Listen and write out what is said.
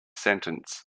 sentence